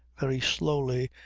very slowly,